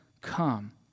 come